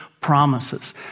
promises